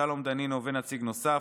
שלום דנינו ונציג נוסף,